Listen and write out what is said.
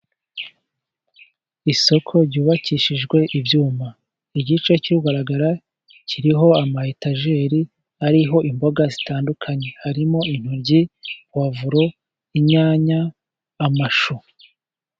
Isoko ryubakishijwe ibyuma. Igice kiri kugaragara kiriho ama etajeri ariho imboga zitandukanye, harimo intoryi, puwavuro, inyanya, amashu.